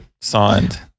signed